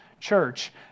church